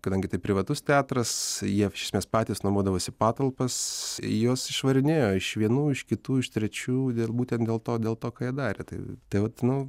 kadangi tai privatus teatras jie nes patys nuomodavosi patalpas juos išvarinėjo iš vienų iš kitų iš trečių i būtent dėl to dėl to ką jie darė tai tai vat nu